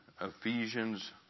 Ephesians